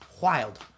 wild